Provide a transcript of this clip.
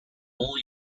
old